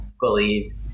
believe